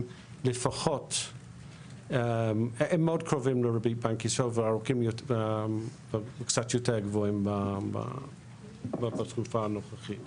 מאוד קרובות לריבית בנק ישראל וקצת יותר גבוהות בתקופה הנוכחית.